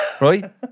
Right